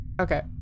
Okay